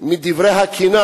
מדברי הקינה